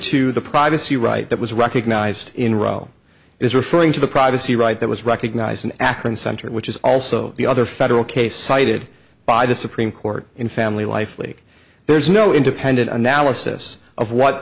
to the privacy right that was recognized in roe is referring to the privacy right that was recognized in akron center which is also the other federal case cited by the supreme court in family life like there's no independent analysis of what